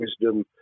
wisdom